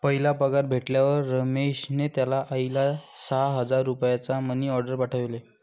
पहिला पगार भेटल्यावर रमेशने त्याचा आईला सहा हजार रुपयांचा मनी ओर्डेर पाठवले